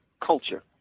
culture